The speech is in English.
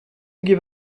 give